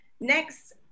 next